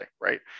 right